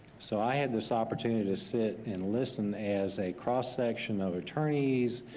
so i had this opportunity to sit and listen as a cross section of attorneys,